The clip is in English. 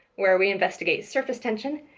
where we investigate surface tension.